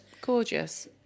Gorgeous